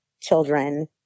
children